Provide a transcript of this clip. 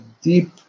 deep